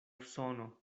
sono